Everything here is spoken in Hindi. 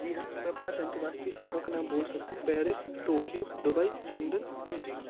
जी हाँ मैं पाँच अंतर्राष्ट्रीय शहरों के नाम बोल सकता हूँ Paris Tokyo Dubai London Beijing